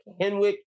Henwick